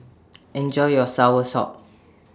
Enjoy your Soursop